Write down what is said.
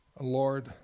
Lord